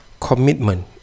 commitment